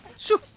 should